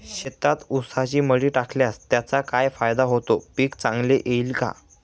शेतात ऊसाची मळी टाकल्यास त्याचा काय फायदा होतो, पीक चांगले येईल का?